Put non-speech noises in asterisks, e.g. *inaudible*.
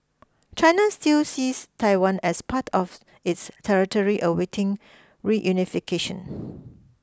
China still sees Taiwan as part of its territory awaiting reunification *noise*